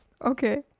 Okay